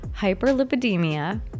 hyperlipidemia